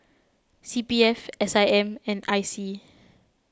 C P F S I M and I C